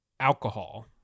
alcohol